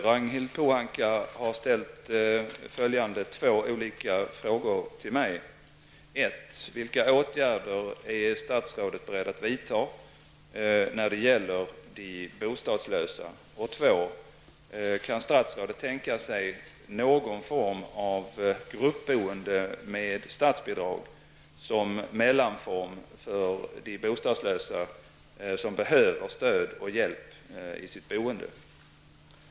Ragnhild Pohanka har ställt följande två olika frågor till mig: Kan statsrådet tänka sig någon form av gruppboende med statsbidrag som mellanform för de bostadslösa, som behöver stöd och hjälp i sitt boende?